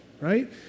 right